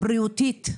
בריאותית.